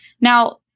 Now